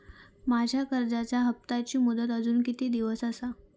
माझ्या कर्जाचा हप्ताची मुदत अजून किती दिवस असा?